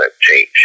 change